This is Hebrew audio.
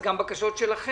אז גם את הבקשות שלכם